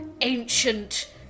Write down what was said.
ancient